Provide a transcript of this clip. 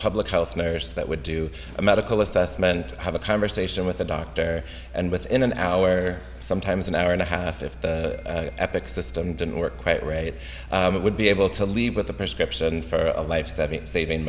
public health nurse that would do a medical assessment have a conversation with a doctor and within an hour sometimes an hour and a half if the epic system didn't work quite right it would be able to leave with a prescription for a life that saving